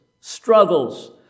struggles